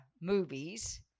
movies